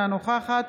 אינה נוכחת